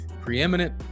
preeminent